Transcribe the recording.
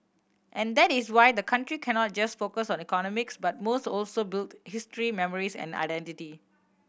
and that is why the country cannot just focus on economics but must also build history memories and identity